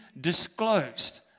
disclosed